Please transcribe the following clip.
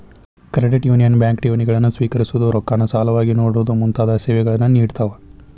credit union bank ಠೇವಣಿಗಳನ್ನ ಸ್ವೇಕರಿಸೊದು, ರೊಕ್ಕಾನ ಸಾಲವಾಗಿ ನೇಡೊದು ಮುಂತಾದ ಸೇವೆಗಳನ್ನ ನೇಡ್ತಾವ